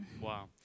Wow